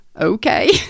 okay